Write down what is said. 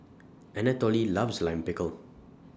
Anatole loves Lime Pickle